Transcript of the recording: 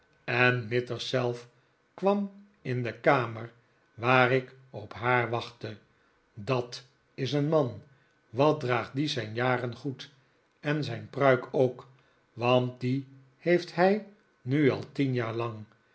en mithers zelf kwam in de kamer waar ik op haar wachtte dat is een man wat draagt die zijn jaren goed en zijn pruik ook want die heeft hij nu al tien jaar lang